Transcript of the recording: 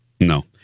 No